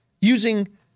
using-